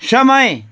समय